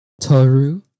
Toru